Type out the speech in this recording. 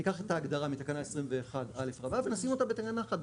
ניקח את ההגדרה מתקנה 21א רבה ונשים אותה בתקנה אחרת,